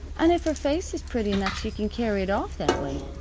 an' if her face is pretty enough she can carry it off that way.